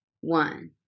one